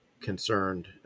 concerned